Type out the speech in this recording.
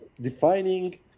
defining